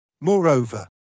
Moreover